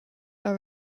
are